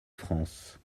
france